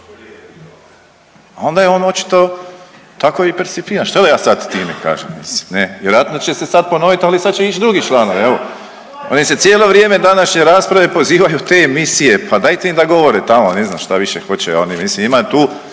onda je on očito tako i percipiran. Šta da ja sad time kažem mislim ne, vjerojatno će se sad ponovit, ali sad će ić drugi članovi evo. Oni se cijelo vrijeme današnje rasprave pozivaju u te emisije, pa dajte im da govore tamo ja ne znam šta više hoće ja mislim ima tu